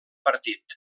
partit